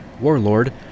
warlord